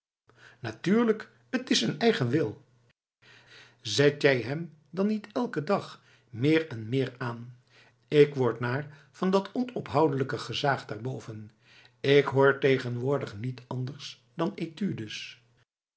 natuurlijk t is zijn eigen wil zet jij hem dan niet elken dag meer en meer aan k word naar van dat onophoudelijke gezaag daarboven ik hoor tegenwoordig niet anders dan